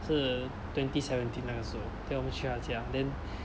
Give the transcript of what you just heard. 是 twenty seventy nine 那个时候 then 我们去她的家 then